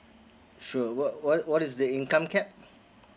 sure what what what is the income cap